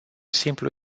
simplu